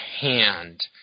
hand